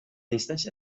distància